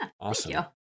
Awesome